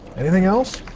anything else?